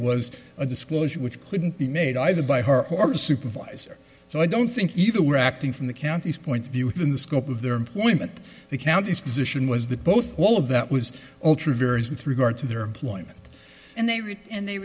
was a disclosure which couldn't be made either by her or supervisor so i don't think either we're acting from the county's point of view within the scope of their employment the county's position was that both all of that was altered varies with regard to their employment and they read and they